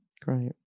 great